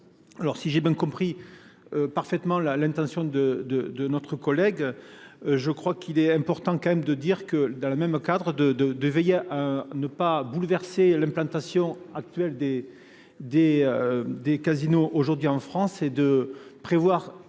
Alors si j'ai bien compris. Parfaitement l'l'intention de de de notre collègue. Je crois qu'il est important quand même de dire que dans le même cadre de de de veiller à ne pas bouleverser l'implantation actuelle des des des casinos aujourd'hui en France et de prévoir